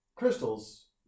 crystals